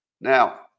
Now